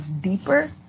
deeper